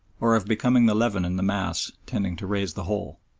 or of becoming the leaven in the mass tending to raise the whole.